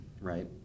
right